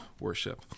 worship